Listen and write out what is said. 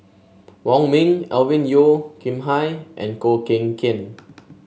Wong Ming Alvin Yeo Khirn Hai and Koh Ken Kian